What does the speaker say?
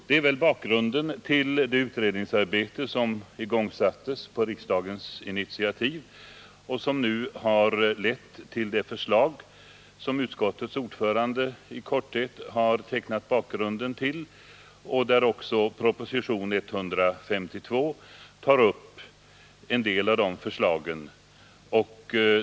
Det är väl skälet till det utredningsarbete som igångsattes på riksdagens initiativ och som nu har lett till de förslag som utskottets ordförande i korthet har tecknat bakgrunden till. Också proposition 152 tar upp en del av dessa förslag.